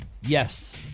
Yes